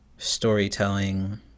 storytelling